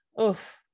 Oof